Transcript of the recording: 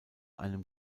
einem